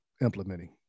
implementing